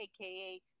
aka